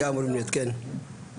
כמו גם על החוק הבא שנעסוק בו בהמשך היום,